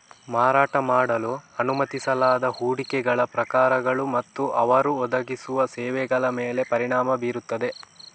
ಮಾರಾಟ ಮಾಡಲು ಅನುಮತಿಸಲಾದ ಹೂಡಿಕೆಗಳ ಪ್ರಕಾರಗಳು ಮತ್ತು ಅವರು ಒದಗಿಸುವ ಸೇವೆಗಳ ಮೇಲೆ ಪರಿಣಾಮ ಬೀರುತ್ತದೆ